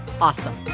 awesome